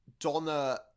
Donna